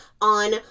on